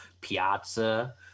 Piazza